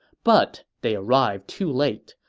but they arrived too late,